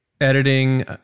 editing